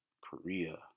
Korea